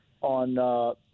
on